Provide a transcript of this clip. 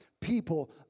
People